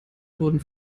wurden